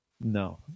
no